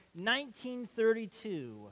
1932